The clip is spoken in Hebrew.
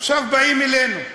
עכשיו באים אלינו.